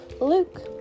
Luke